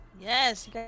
Yes